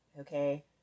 okay